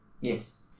Yes